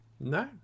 no